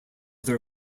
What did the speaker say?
their